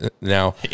Now